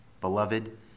Beloved